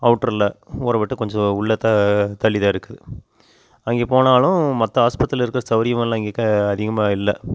அவுட்ரில் ஊரை விட்டு கொஞ்சம் உள்ளே த தள்ளிதான் இருக்குது அங்கே போனாலும் மற்ற ஆஸ்பத்திரியில் இருக்க சௌகரியமெல்லாம் இங்கே க அதிகமாக இல்லை